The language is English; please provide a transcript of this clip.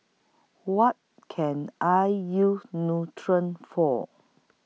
What Can I use Nutren For